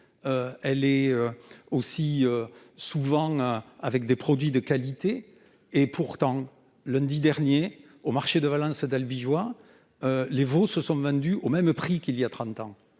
elle produit souvent des produits de qualité. Pourtant, lundi dernier, au marché de Valence-d'Albigeois, les veaux se sont vendus au même prix qu'il y a trente